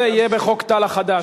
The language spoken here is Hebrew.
זה יהיה בחוק טל החדש,